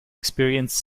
experience